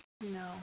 no